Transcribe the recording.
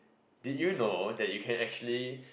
did you know that you can actually